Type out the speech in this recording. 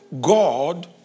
God